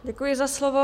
Děkuji za slovo.